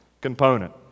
component